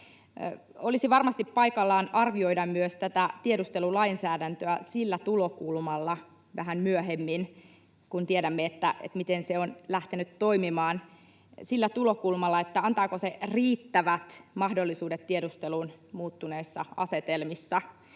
Olisi varmasti paikallaan arvioida myös tätä tiedustelulainsäädäntöä vähän myöhemmin, kun tiedämme, miten se on lähtenyt toimimaan, sillä tulokulmalla, antaako se riittävät mahdollisuudet tiedusteluun muuttuneissa asetelmissa.